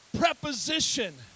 preposition